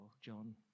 John